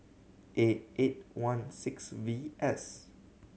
A eight one six V S